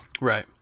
Right